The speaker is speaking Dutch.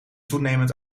toenemend